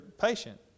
patient